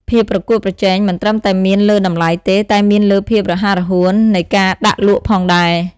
ភាពប្រកួតប្រជែង មិនត្រឹមតែមានលើតម្លៃទេ តែមានលើភាពរហ័សរហួននៃការដាក់លក់ផងដែរ។